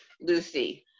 Lucy